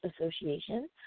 association